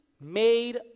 made